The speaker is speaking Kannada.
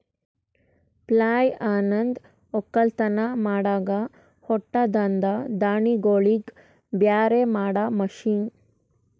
ಪ್ಲಾಯ್ಲ್ ಅನಂದ್ ಒಕ್ಕಲತನ್ ಮಾಡಾಗ ಹೊಟ್ಟದಾಂದ ದಾಣಿಗೋಳಿಗ್ ಬ್ಯಾರೆ ಮಾಡಾ ಮಷೀನ್